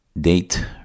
date